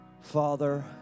Father